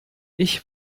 ich